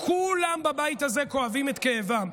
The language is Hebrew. כולם בבית הזה כואבים את כאבם,